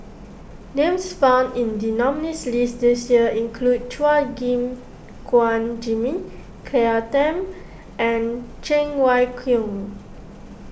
names found in the nominees' list this year include Chua Gim Guan Jimmy Claire Tham and Cheng Wai Keung